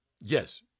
yes